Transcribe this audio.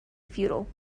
futile